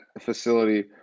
facility